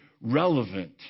relevant